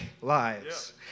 lives